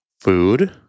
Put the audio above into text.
food